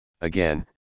again